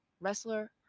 wrestler